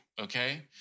okay